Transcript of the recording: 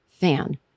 fan